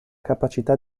capacità